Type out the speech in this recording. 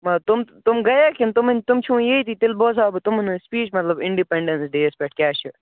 ما تِم تِم گٔیا کِنہٕ تِم تِم چھِ وُنہِ ییٚتی تیٚلہِ بوزاو بہٕ تِمَن ہٕنٛز سُپیٖچ مطلب اِنڈِپٮ۪نٛڈٮ۪نٕس ڈیس پٮ۪ٹھ کیٛاہ چھِ